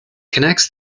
connects